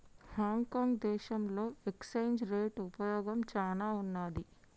Hong Kong దేశంలో exchange rate ఉపయోగం చానా ఉన్నాది